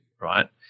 right